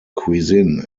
cuisine